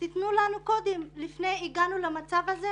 תנו לנו קודם לפני שהגענו למצב הזה.